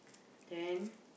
then